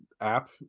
app